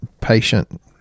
patient